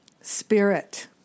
spirit